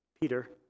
Peter